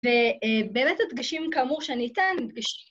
‫ובאמת הדגשים, כאמור שניתן הם דגשים...